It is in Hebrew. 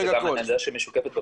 זו עמדה שמשוקפת בפסיקה.